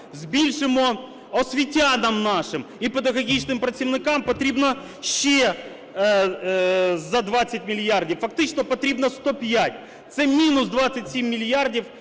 збільшимо освітянам нашим і педагогічним працівникам, потрібно ще за 20 мільярдів, фактично, потрібно 105. Це мінус 27 мільярдів,